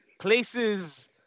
places